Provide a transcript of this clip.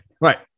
right